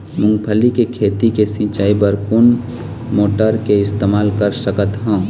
मूंगफली के खेती के सिचाई बर कोन मोटर के इस्तेमाल कर सकत ह?